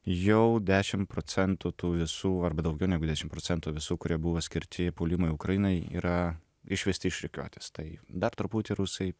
jau dešim procentų tų visų arba daugiau negu dešim procentų visų kurie buvo skirti puolimui ukrainai yra išvesti iš rikiuotės tai dar truputį rusai